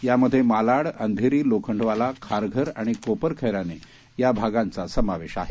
यामध्ये मालाड अंघेरी लोखंडवाला खारघर आणि कोपरखैरणे या भागांचा समावेश आहे